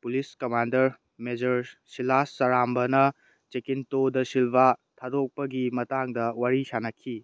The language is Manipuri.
ꯄꯨꯂꯤꯁ ꯀꯃꯥꯟꯗꯔ ꯃꯦꯖꯔ ꯁꯤꯂꯥꯁ ꯆꯔꯥꯝꯕꯅ ꯖꯦꯀꯤꯟꯇꯣꯗ ꯁꯤꯜꯚꯥ ꯊꯥꯗꯣꯛꯄꯒꯤ ꯃꯇꯥꯡꯗ ꯋꯥꯔꯤ ꯁꯥꯟꯅꯈꯤ